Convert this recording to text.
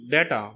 Data